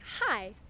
Hi